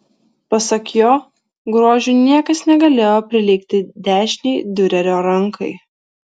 pasak jo grožiu niekas negalėjo prilygti dešinei diurerio rankai